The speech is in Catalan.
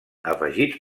afegits